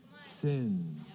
Sin